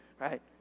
Right